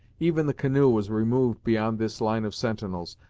even the canoe was removed beyond this line of sentinels,